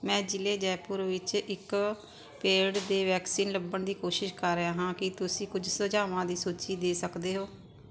ਮੈਂ ਜ਼ਿਲ੍ਹੇ ਜੈਪੁਰ ਵਿੱਚ ਇੱਕ ਪੇਡ ਦੀ ਵੈਕਸੀਨ ਲੱਭਣ ਦੀ ਕੋਸ਼ਿਸ਼ ਕਰ ਰਿਹਾ ਹਾਂ ਕੀ ਤੁਸੀਂ ਕੁਝ ਸੁਝਾਵਾਂ ਦੀ ਸੂਚੀ ਦੇ ਸਕਦੇ ਹੋ